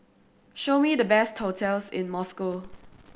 show me the best hotels in Moscow